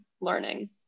learning